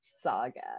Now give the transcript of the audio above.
saga